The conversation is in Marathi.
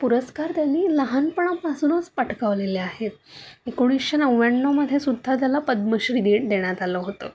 पुरस्कार त्याने लहानपणापासूनच पटकावलेले आहेत एकोणीसशे नव्याण्णवमध्ये सुद्धा त्याला पद्मश्री देट देण्यात आलं होतं